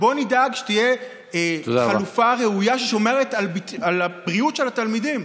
בוא נדאג שתהיה חלופה ראויה ששומרת על הבריאות של התלמידים,